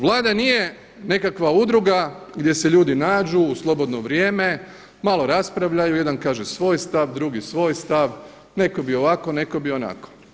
Vlada nije nekakva udruga gdje se ljudi nađu u slobodno vrijeme, malo raspravljaju, jedan kaže svoj stav, drugi svoj stav, neko bi ovako, neko bi onako.